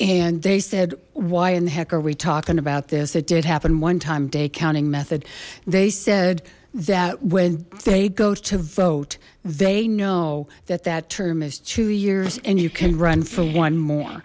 and they said why in the heck are we talking about this it did happen one time day counting method they said that when they go to vote they know that that term is two years and you can run for one more